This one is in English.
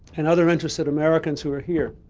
and other interested americans who are here.